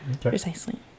Precisely